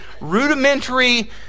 rudimentary